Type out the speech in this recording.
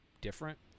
different